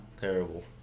Terrible